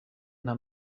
nta